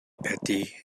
petty